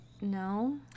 No